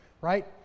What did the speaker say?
right